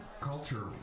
culture